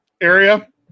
area